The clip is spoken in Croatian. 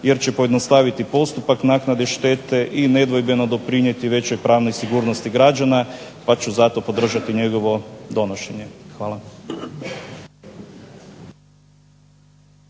jer će pojednostaviti postupak naknade štete i nedvojbeno doprinijeti većoj pravnoj sigurnosti građana pa ću zato podržati njegovo donošenje. Hvala.